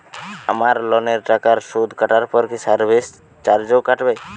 আমার লোনের টাকার সুদ কাটারপর কি সার্ভিস চার্জও কাটবে?